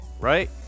right